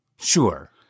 Sure